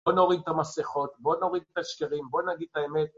בוא נוריד את המסכות, בוא נוריד את השקרים, בוא נגיד את האמת.